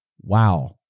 wow